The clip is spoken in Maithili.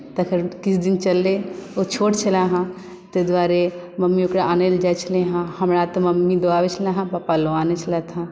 तखन किछु दिन चललै ओ छोट छले हेँ ताहि दुआरे मम्मी ओकरा आनय लेल जाइत छलै हेँ हमरा तऽ मम्मी दऽ आबै छलै हेँ पापा लऽ आबैत छलथि हेँ